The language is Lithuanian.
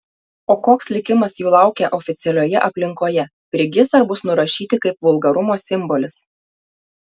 o koks likimas jų laukia oficialioje aplinkoje prigis ar bus nurašyti kaip vulgarumo simbolis